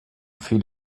viel